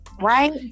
Right